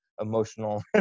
emotional